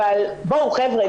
אבל בואו חבר'ה,